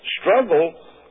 struggle